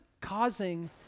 Causing